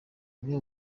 amwe